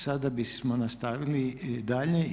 Sada bismo nastavili dalje.